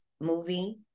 movie